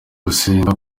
gusenga